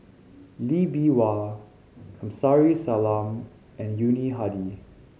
Lee Bee Wah Kamsari Salam and Yuni Hadi